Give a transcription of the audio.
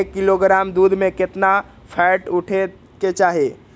एक किलोग्राम दूध में केतना फैट उठे के चाही?